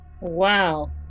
wow